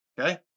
okay